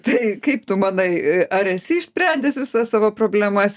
tai kaip tu manai a ar esi išsprendęs visas savo problemas